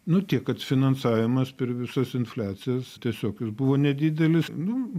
nu tiek kad finansavimas per visas infliacijas tiesiog jis buvo nedidelis nu